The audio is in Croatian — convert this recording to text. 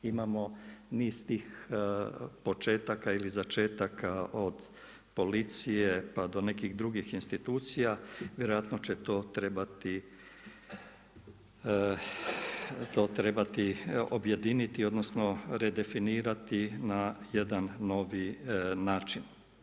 Imamo niz tih početaka ili začetaka od policije, pa do nekih drugih institucija, vjerojatno će to trebati objediniti odnosno redefinirati na jedan novi način.